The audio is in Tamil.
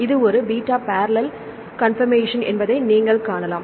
இது ஒரு பீட்டா பர்ரேல் கான்பர்மேஷன் என்பதை நீங்கள் காணலாம்